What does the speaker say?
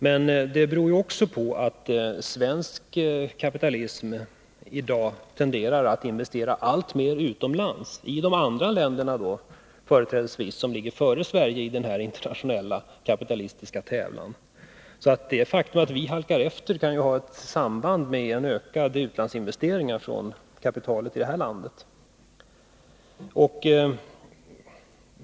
Men det beror också på att svensk kapitalism i dag tenderar att investera alltmer utomlands, företrädesvis i länder som ligger före Sverige i denna internationella kapitalistiska tävlan. Det faktum att vi halkar efter kan ha ett samband med ökade utlandsinvesteringar från kapitalet i det här landet.